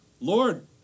Lord